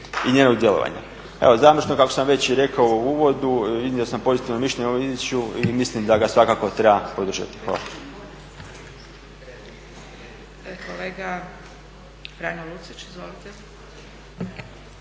i njenog djelovanja. Evo završno kao što sam već i rekao u uvodu, iznio sam pozitivno mišljenje o ovom Izvješću i mislim da ga svakako treba podržati. Hvala. **Zgrebec, Dragica